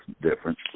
difference